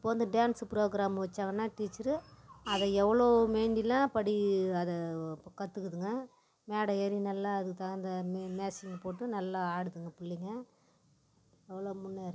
இப்போது வந்து dance programme வைச்சாங்கன்னால் டீச்சரு அதை எவ்வளோ மேண்டிலும் படி அதை கற்றுக்குதுங்க மேடை ஏறி நல்லா அதுக்கு தகுந்த மீசிக் போட்டு நல்லா ஆடுதுங்க பிள்ளைங்க அவ்வளோ முன்னேறுது